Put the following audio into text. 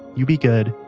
you be good,